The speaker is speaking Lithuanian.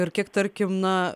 ir kiek tarkim na